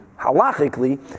halachically